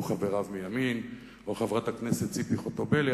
של חבריו מימין או של חברת הכנסת ציפי חוטובלי.